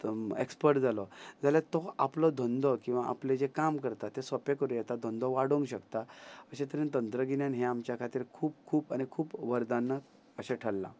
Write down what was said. expert जालो जाल्यार तो आपलो धंदो किंवां आपले जे काम करता ते सोपे करूं येता धंदो वाडोवंक शकता अशें तरेन तंत्रगिन्यान हे आमच्या खातीर खूब खूब आनी खूब वरदान अशें ठरलां